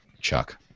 Chuck